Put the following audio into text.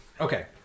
okay